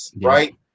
right